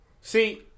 See